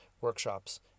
workshops